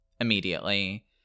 immediately